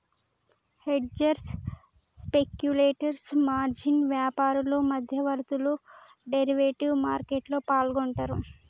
hedgers, speculators, margin వ్యాపారులు, మధ్యవర్తులు derivative మార్కెట్లో పాల్గొంటరు